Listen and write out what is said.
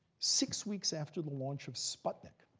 six weeks after the launch of sputnik,